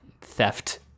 theft